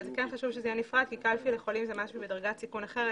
אבל זה כן חשוב שזה יהיה נפרד כי קלפי לחולים זה משהו בדרגת סיכון אחרת.